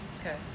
Okay